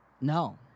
No